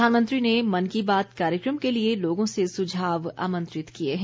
प्रधानमंत्री ने मन की बात कार्यक्रम के लिए लोगों से सुझाव आमंत्रित किए हैं